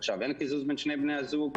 עכשיו אין קיזוז בין שני בני הזוג.